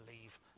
leave